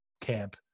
camp